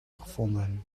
gevonden